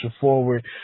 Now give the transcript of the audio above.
forward